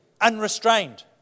unrestrained